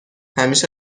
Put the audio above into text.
همیشه